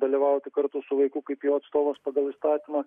dalyvauti kartu su vaiku kaip jo atstovas pagal įstatymą